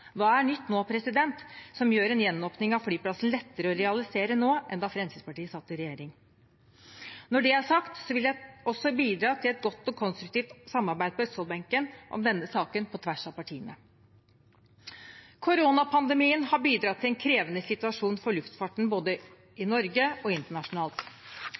Hva er nytt, som gjør en gjenåpning av flyplassen lettere å realisere nå enn da Fremskrittspartiet satt i regjering? Når det er sagt, vil jeg også bidra til et godt og konstruktivt samarbeid om denne saken på østfoldbenken, på tvers av partiene. Koronapandemien har bidratt til en krevende situasjon for luftfarten både i Norge og internasjonalt.